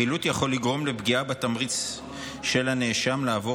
החילוט יכול לגרום לפגיעה בתמריץ של הנאשם לעבור